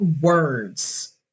words